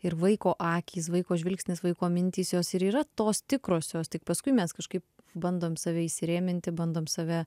ir vaiko akys vaiko žvilgsnis vaiko mintys jos ir yra tos tikrosios tik paskui mes kažkaip bandom save įsirėminti bandom save